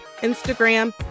Instagram